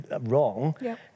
wrong